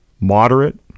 Moderate